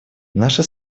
наша